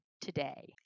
today